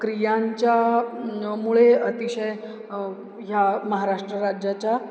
क्रियांच्यामुळे अतिशय ह्या महाराष्ट्र राज्याच्या